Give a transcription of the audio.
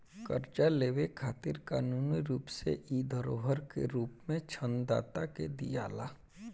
कर्जा लेवे खातिर कानूनी रूप से इ धरोहर के रूप में ऋण दाता के दियाला